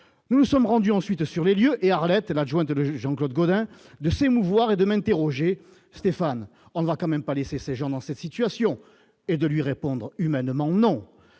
nous nous sommes rendus ensuite sur les lieux et Arlette, l'adjoint de l'ONU, Jean-Claude Gaudin, de s'émouvoir et demain interrogé Stéphane, on ne va quand même pas laisser ces gens dans cette situation et de lui répondre humainement non